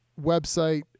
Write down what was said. website